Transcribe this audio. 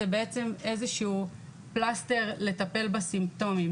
זה בעצם איזה שהוא פלסטר לטפל בסימפטומים,